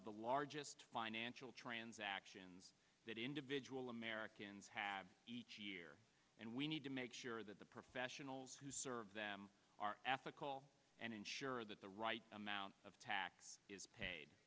of the largest financial transactions that individual americans have each year and we need to make sure that the professionals who serve them are ethical and ensure that the right amount of tax is paid